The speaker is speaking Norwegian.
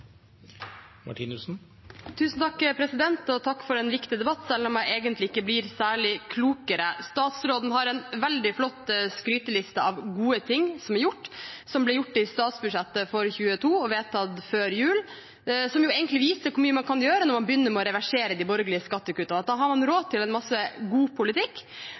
Takk for en viktig debatt, selv om jeg egentlig ikke blir særlig klokere. Statsråden har en veldig flott skryteliste over gode ting som er gjort, som ble gjort i statsbudsjettet for 2022 og vedtatt før jul, noe som jo egentlig viste hvor mye man kan gjøre når man begynner å reversere de borgerlige skattekuttene. Da har man råd til en masse god politikk.